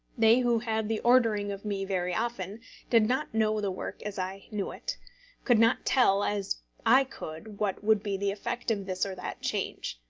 they who had the ordering of me very often did not know the work as i knew it could not tell as i could what would be the effect of this or that change.